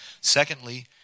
Secondly